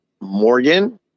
Morgan